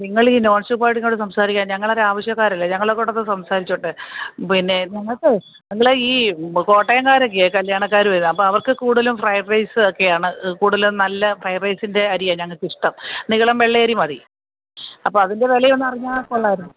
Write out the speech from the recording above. നിങ്ങൾ ഈ non stop ആയിട്ട് ഇങ്ങോട്ട് സംസാരിക്കാതെ ഞങ്ങൾ ഒക്കെ ആവശ്യക്കാരല്ലേ ഞങ്ങളും കൂടെ ഒന്ന് സംസാരിച്ചോട്ടെ പിന്നെ ഞങ്ങൾക്കേ നിങ്ങൾ ഈ കോട്ടയംകാർ ഒക്കെയാണ് കല്യാണക്കാർ വരുന്നത് അപ്പോൾ അവർക്ക് കൂടുതലും ഫ്രൈഡ് റൈസ് ഒക്കെയാണ് കൂടുതലും നല്ല ഫ്രൈഡ് റൈസിൻ്റെ അരിയാണ് ഞങ്ങൾക്ക് ഇഷ്ടം നീളൻ വെള്ളയരി മതി അപ്പോൾ അതിൻ്റെ വില ഒന്ന് അറിഞ്ഞാൽ കൊള്ളാമായിരുന്നു